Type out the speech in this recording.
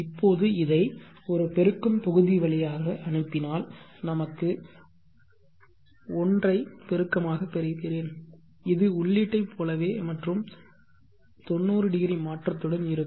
இப்போது இதை ஒரு பெருக்கும் தொகுதி வழியாக அனுப்பினால் நமக்கு 1 ஐ பெருக்கமாக பெறுகிறேன் இது உள்ளீட்டைப் போலவே மற்றும் 90° மாற்றத்துடன் இருக்கும்